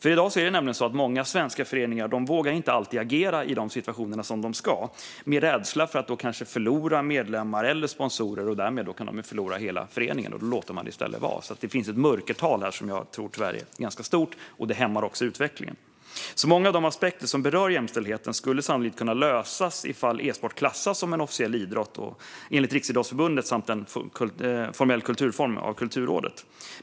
I dag vågar många svenska föreningar inte agera i situationer där de borde agera, av rädsla för att kanske förlora medlemmar eller sponsorer och därmed riskera att förlora hela föreningen. Då låter de det i stället vara. Det finns ett mörkertal som jag tyvärr tror är ganska stort, och det hämmar också utvecklingen. Många av de aspekter som berör jämställdheten skulle sannolikt kunna lösas om e-sport klassas som en officiell idrott av Riksidrottsförbundet och som en formell kulturform av Kulturrådet.